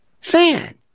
fan